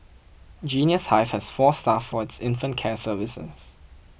Genius Hive has four staff for its infant care services